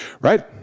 Right